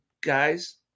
guys